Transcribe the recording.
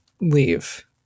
leave